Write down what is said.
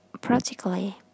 practically